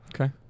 Okay